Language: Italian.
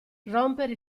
rompere